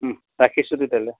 ৰাখিছো তেতিয়াহ'লে